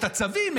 את הצווים.